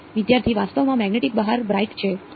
વિદ્યાર્થી વાસ્તવમાં મેગ્નેટિક બહાર બ્રાઇટ છે અને